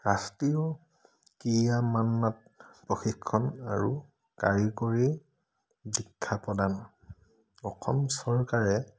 ৰাষ্ট্ৰীয় কিয়ামান্নাট প্ৰশিক্ষণ আৰু কাৰিকৰী শিক্ষা প্ৰদান অসম চৰকাৰে